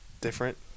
different